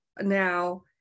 Now